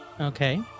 Okay